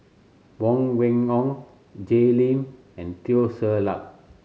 Huang Wenhong Jay Lim and Teo Ser Luck